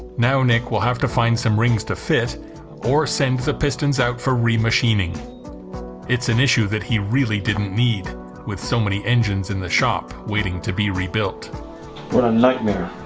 now nick will have to find some rings to fit or send the pistons out for rhema sheeny it's an issue that he really didn't need with so many engines in the shop waiting to be rebuilt what a nightmare